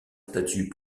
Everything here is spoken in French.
statues